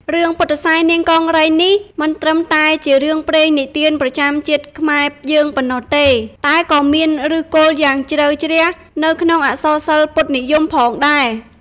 រឿង ពុទ្ធិសែននាងកង្រីនេះ មិនត្រឹមតែជារឿងព្រេងនិទានប្រចាំជាតិខ្មែរយើងប៉ុណ្ណោះទេ តែក៏មានឫសគល់យ៉ាងជ្រៅជ្រះនៅក្នុងអក្សរសិល្ប៍ពុទ្ធនិយមផងដែរ។